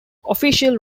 official